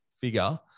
figure